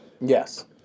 Yes